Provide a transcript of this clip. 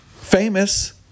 famous